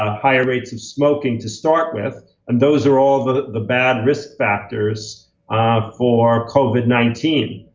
ah higher rates of smoking to start with. and those are all the the bad risk factors for covid nineteen.